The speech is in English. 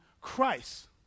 Christ